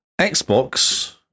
Xbox